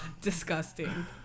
disgusting